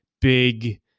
big